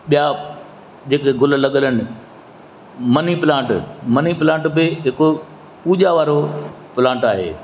ॿियां जेके गुल लॻल आहिनि मनीप्लांट मनीप्लांट बि हिकु पूॼा वारो प्लांट आहे